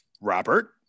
Robert